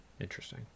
Interesting